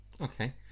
Okay